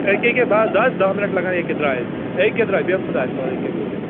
أکہِ أکہِ ب س دَہ مِنٛٹ لگن یہِ کہِ درٛاے یہِ کہِ درٛایہِ بیٚہہ خۅدایس حوالہٕ یہِ کہِ وٲتۍ أسۍ